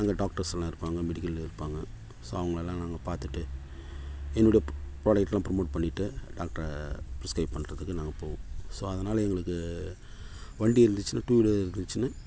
அங்கே டாக்டர்ஸ் எல்லாம் இருப்பாங்க மெடிக்கலில் இருப்பாங்க ஸோ அவங்களெலாம் நாங்கள் பார்த்துட்டு என்னுடைய ஃப்ராடக்ட் எல்லாம் ப்ரமோட் பண்ணிவிட்டு டாக்டரை பிரிஸ்கிரைப் பண்னுறதுக்கு நாங்கள் போவோம் ஸோ அதனாலே எங்களுக்கு வண்டி இருந்துச்சுன்னால் டூ வீலர் இருந்துச்சுன்னால்